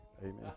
amen